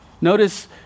Notice